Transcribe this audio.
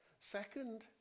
Second